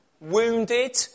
wounded